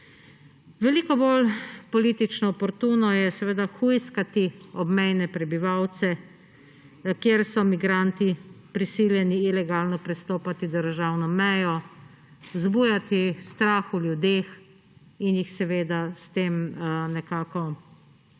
Veliko bolj politično oportuno je seveda hujskati obmejne prebivalce, kjer so migranti prisiljeni ilegalno prestopati državno mejo, vzbujati strah v ljudeh in s tem nekako to širiti